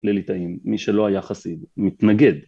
ללטאים מי שלא היה חסיד מתנגד